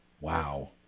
Wow